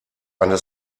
eine